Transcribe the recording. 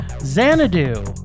Xanadu